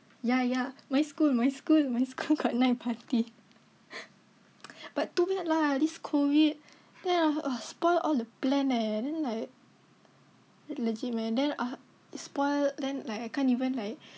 ya ya my school my school my school got night party but too bad lah this COVID there ah spoil all the plan eh then like legit man then ah spoil then like I can't even like